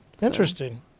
Interesting